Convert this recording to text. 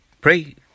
Pray